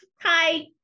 Hi